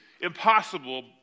impossible